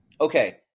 Okay